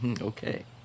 Okay